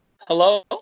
Hello